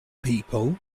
people